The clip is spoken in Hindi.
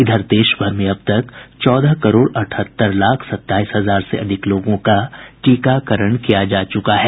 इधर देश भर में अब तक चौदह करोड़ अठहत्तर लाख सत्ताईस हजार तीन सौ सड़सठ लोगों का टीकाकरण किया जा चुका है